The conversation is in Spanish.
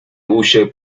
huye